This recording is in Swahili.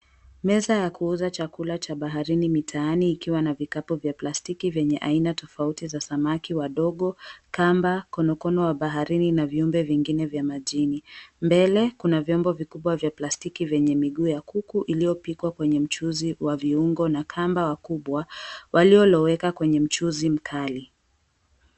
Meza ya kuuza chakula cha baharini mitaani ikiwi na vikapu vya plastiki vyenye aina tofauti za samaki wadogo, kamba, konokono wa baharini na viumbe vingine vya majini. Mbele kuna vyombo vikubwa vya plastiki vyenye miguu ya kuku iliyopikwa kwenye mchuzi wa viungo na kamba wakubwa walioloweka kwenye mchuzi mkali.